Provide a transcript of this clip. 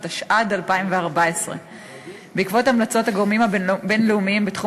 התשע"ד 2014. בעקבות המלצות הגורמים הבין-לאומיים בתחום